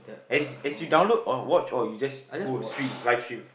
as as you download or watch or you just go stream live stream